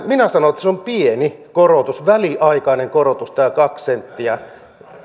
minä sanon että se on pieni korotus väliaikainen korotus tämä kaksi senttiä